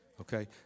Okay